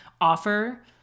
offer